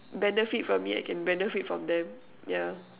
benefit from me I can benefit from them yeah